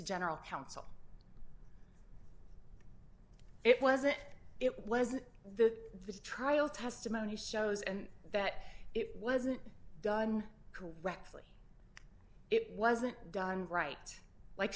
general counsel it wasn't it wasn't the trial testimony shows and that it wasn't done correctly it wasn't done right like